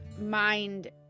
mind